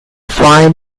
fine